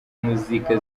muzika